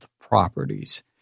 properties